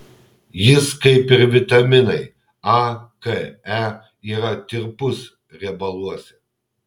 jis kaip ir vitaminai a k e yra tirpus riebaluose